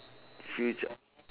future